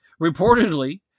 reportedly